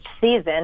season